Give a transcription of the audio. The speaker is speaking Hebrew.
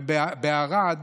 ובערד